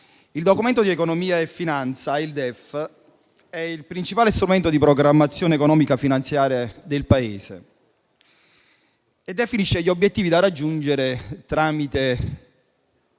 il Documento di economia e finanza (DEF) è il principale strumento di programmazione economica e finanziaria del Paese e definisce gli obiettivi da raggiungere tramite